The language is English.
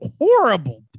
horrible